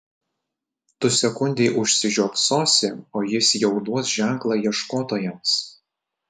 tu sekundei užsižiopsosi o jis jau duos ženklą ieškotojams